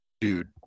dude